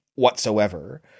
whatsoever